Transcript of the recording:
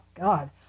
God